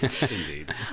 Indeed